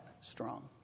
strong